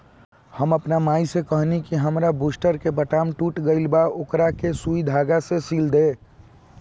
हम आपन माई से कहनी कि हामार बूस्टर के बटाम टूट गइल बा ओकरा के सुई धागा से सिल दे